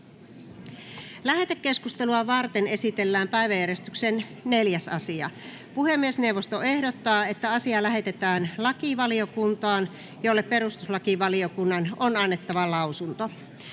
Lähetekeskustelua varten esitellään päiväjärjestyksen 4. asia. Puhemiesneuvosto ehdottaa, että asia lähetetään lakivaliokuntaan, jolle perustuslakivaliokunnan on annettava lausunto.